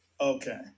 Okay